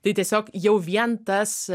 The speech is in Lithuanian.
tai tiesiog jau vien tas